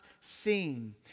seen